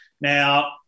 Now